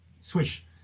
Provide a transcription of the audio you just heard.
switch